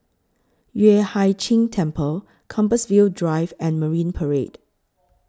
Yueh Hai Ching Temple Compassvale Drive and Marine Parade